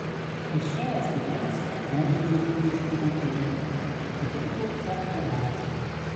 išėjęs į pensiją vėl grįžau iš kur atėjau dirbau ceche meistru